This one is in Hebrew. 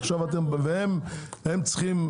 והם צריכים,